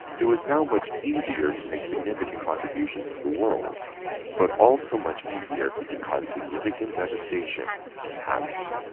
it was now much easier to make significant contributions to the world but also much easier to cause significant devastation and havoc.